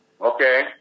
okay